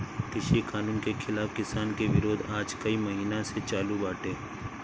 कृषि कानून के खिलाफ़ किसान के विरोध आज कई महिना से चालू बाटे